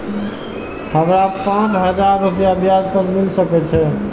हमरा पाँच हजार रुपया ब्याज पर मिल सके छे?